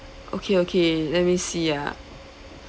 okay okay let me see ah